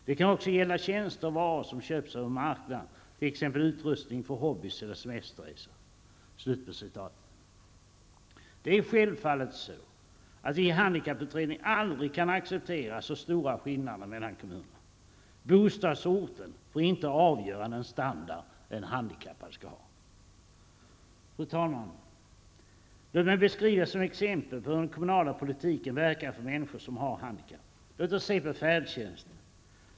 Det kan också gälla tjänster/varor som köps över marknaden till exempel utrustning för hobbies eller semesterresor.'' Vi i handikapputredningen kan självfallet aldrig acceptera så stora skillander mellan kommunerna. Bostadsorten får inte avgöra den standard som en handikappad skall ha. Fru talman! Låt mig beskriva t.ex. hur den kommunala politiken verkar för människor som har handikapp. Låt oss då se på färdtjänsten.